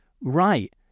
right